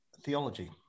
theology